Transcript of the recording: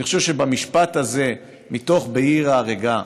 אני חושב שבמשפט הזה מתוך "בעיר ההרגה",